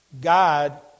God